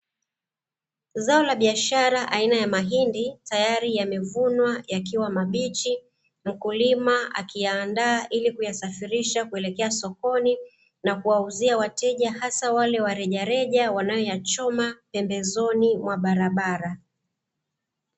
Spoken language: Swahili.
Zao la biashara aina ya mahindi tayari yamevunwa yakiwa mabichi, mkulima akiyaandaa ili kuyasafirisha kuelekea sokoni na kuwauzia wateja hasa wale wa rejareja wanayoyachoma pembezoni mwa barabara.